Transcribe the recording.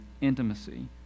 intimacy